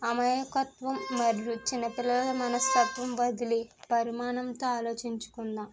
అమాయకత్వం మరియు చిన్నపిల్లల మనస్తత్వం వదిలి పరిమాణంతో ఆలోచించుకుందాం